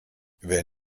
wer